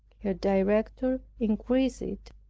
her director increased it,